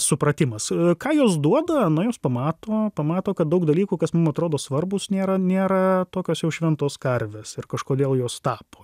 supratimas ką jos duoda na jos pamato pamato kad daug dalykų kas mum atrodo svarbūs nėra nėra tokios jau šventos karvės ir kažkodėl jos tapo